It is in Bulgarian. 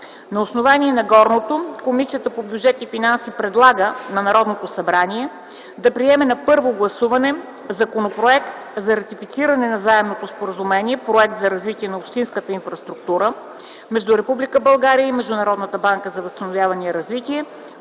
На основание на горното Комисията по бюджет и финанси предлага на Народното събрание да приеме на първо гласуване Законопроект за ратифициране на Заемното споразумение „Проект за развитие на общинската инфраструктура” между Република България и Международната банка за възстановяване и развитие,